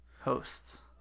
hosts